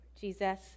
Jesus